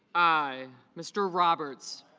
i. mr. roberts